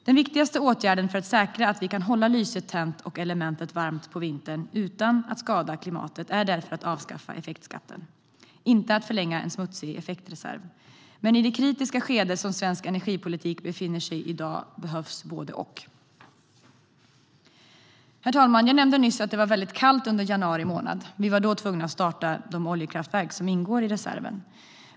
Den viktigaste åtgärden för att säkra att vi kan hålla lyset tänt och elementet varmt på vintern utan att skada klimatet är därför att avskaffa effektskatten - inte att förlänga en smutsig effektreserv. Men i det kritiska skede som svensk energipolitik i dag befinner sig i behövs både och. Herr talman! Jag nämnde nyss att det var väldigt kallt under januari månad. Vi var då tvungna att starta de oljekraftverk som ingår i reserven.